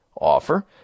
offer